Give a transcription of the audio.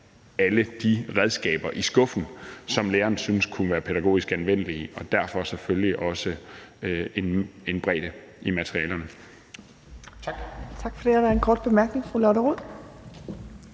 alle de redskaber i skuffen, som læreren synes kunne være pædagogisk anvendelige, og derfor selvfølgelig også en bredde i materialerne. Tak. Kl.